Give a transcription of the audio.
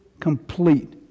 complete